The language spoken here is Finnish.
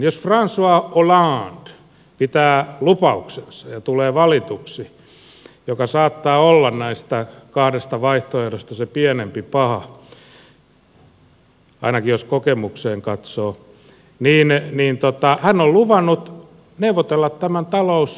jos francois hollande pitää lupauksensa ja tulee valituksi mikä saattaa olla näistä kahdesta vaihtoehdosta se pienempi paha ainakin jos kokemukseen katsoo niin hän on luvannut neuvotella tämän talousunionisopimuksen uudestaan